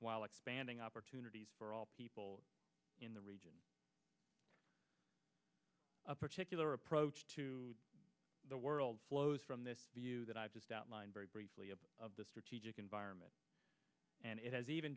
while expanding opportunities for all people in the region a particular approach to the world flows from this view that i've just outlined very briefly of the strategic environment and it has even